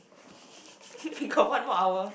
got one more hour